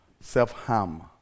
self-harm